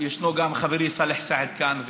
וישנו גם חברי סאלח סעד כאן,